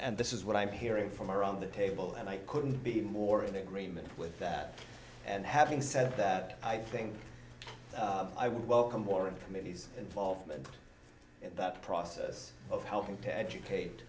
and this is what i'm hearing from around the table and i couldn't be more of a agreement with that and having said that i think i would welcome more and committees involvement in that process of helping to educate